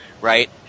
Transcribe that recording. right